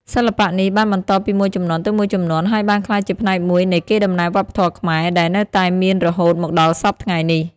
សិល្បៈនេះបានបន្តពីមួយជំនាន់ទៅមួយជំនាន់ ហើយបានក្លាយជាផ្នែកមួយនៃ កេរដំណែលវប្បធម៌ខ្មែរ ដែលនៅតែមានរហូតមកដល់សព្វថ្ងៃនេះ។